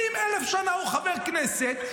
20,000 שנה הוא חבר כנסת,